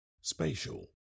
Spatial